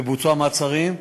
ובוצעו המעצרים.